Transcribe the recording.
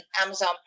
Amazon